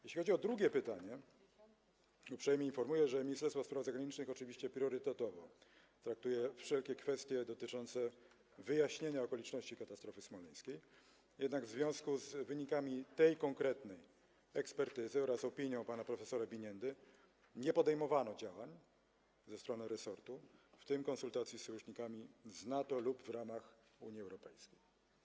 Jeśli chodzi o drugie pytanie, uprzejmie informuję, że Ministerstwo Spraw Zagranicznych oczywiście priorytetowo traktuje wszelkie kwestie dotyczące wyjaśnienia okoliczności katastrofy smoleńskiej, jednak w związku z wynikami tej konkretnej ekspertyzy oraz opinią pana prof. Biniendy nie podejmowano działań ze strony resortu, w tym konsultacji z sojusznikami z NATO lub w ramach Unii Europejskiej.